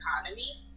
economy